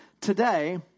Today